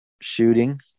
shooting